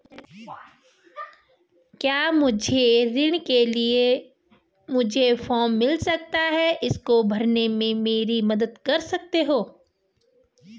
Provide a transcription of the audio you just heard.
क्या मुझे ऋण के लिए मुझे फार्म मिल सकता है इसको भरने में मेरी मदद कर सकते हो?